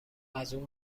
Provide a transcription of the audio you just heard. ازاون